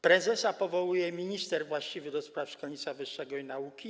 Prezesa powołuje minister właściwy do spraw szkolnictwa wyższego i nauki.